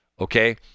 Okay